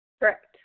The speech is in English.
Correct